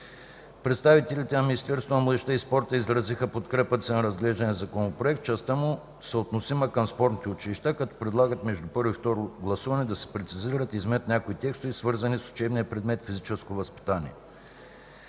Министерството на младежта и спорта изразиха подкрепата си на разглеждания Законопроект в частта му, съотносима към спортните училища, като предлагат между първо и второ гласуване да се прецизират и изменят някои текстове, свързани с учебния предмет „Физическо възпитание